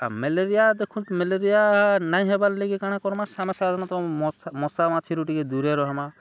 ଆଉ ମେଲେରିଆ ଦେଖୁନ୍ତ୍ ମେଲେରିଆ ନାଇଁ ହେବାର୍ ଲାଗି କା'ଣା କର୍ମା ସାଙ୍ଗେ ସାଧାରଣତଃ ମ ମଶା ମାଛିରୁ ଟିକେ ଦୂରେ ରହେମା